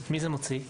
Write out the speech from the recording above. את מי זה מוציא?